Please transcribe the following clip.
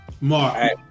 Mark